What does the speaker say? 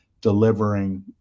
delivering